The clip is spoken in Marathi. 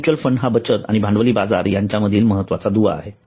म्युच्युअल फंड हा बचत आणि भांडवली बाजार यांच्यातील महत्त्वाचा दुवा आहे